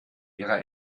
ihrer